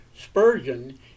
Spurgeon